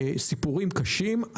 סיפורים קשים,